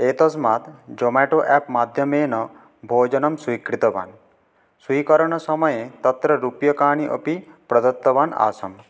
एतस्मात् ज़ोमेटो एप् माध्यमेन भोजनं स्वीकृतवान् स्वीकरणसमये तत्र रूप्यकाणि अपि प्रदत्तवान् आसम्